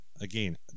Again